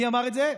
מי אמר את זה?